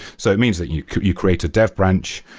so it means that you you create a dev branch,